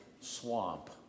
swamp